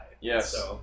Yes